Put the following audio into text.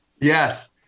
Yes